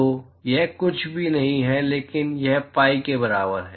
तो यह कुछ भी नहीं है लेकिन यह पाई के बराबर है